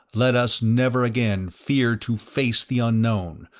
let us never again fear to face the unknown,